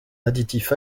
additif